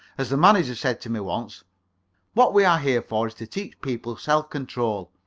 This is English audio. as the manager said to me once what we are here for is to teach people self-control.